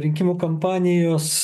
rinkimų kampanijos